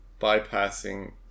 bypassing